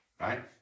right